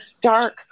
dark